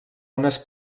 unes